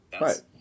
right